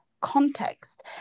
context